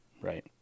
right